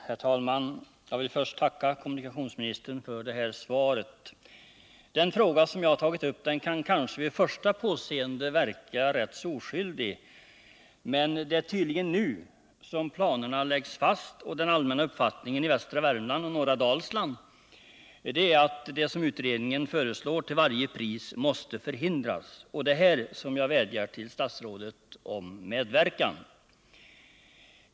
Herr talman! Jag vill först tacka kommunikationsministern för svaret. Den fråga som jag har tagit upp kan kanske vid första påseendet verka ganska oskyldig. Men det är tydligen nu som planerna läggs fast, och den allmänna uppfattningen i västra Värmland och norra Dalsland är att det som utredningen föreslår till varje pris måste förhindras. Och det är här som jag vädjar till statsrådet om medverkan.